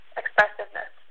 expressiveness